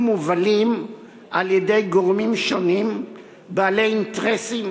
מובלים על-ידי גורמים שונים בעלי אינטרסים,